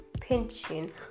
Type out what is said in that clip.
Pinching